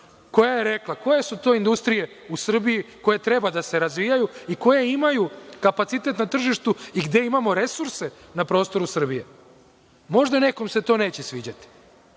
koja je rekla koje su to industrije u Srbiji koje treba da se razvijaju i koje imaju kapacitet na tržištu i gde imamo resurse na prostoru Srbije. Možda se nekom to neće sviđati,